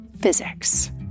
Physics